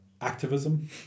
activism